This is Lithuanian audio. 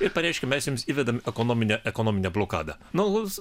ir pareiškia mes jums įvedam ekonominę ekonominę blokadą nu